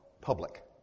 public